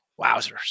Wowzers